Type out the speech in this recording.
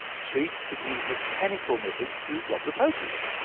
cheats could use mechanical methods to rob the pokies.